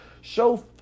show